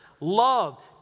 love